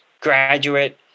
graduate